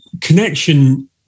connection